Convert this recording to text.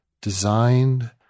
Designed